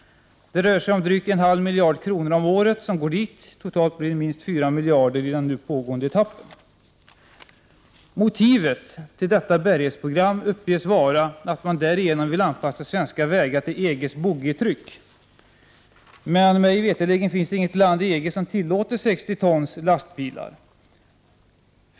Det rör sig om drygt en halv miljard kronor om året, och totalt blir det minst 4 miljarder i den nu pågående etappen. Motivet till detta bärighetsprogram uppges vara att man därigenom vill anpassa svenska vägar till EG:s boggitryck. Men mig veterligen finns det inget land i EG som tillåter 60 tons lastbilar.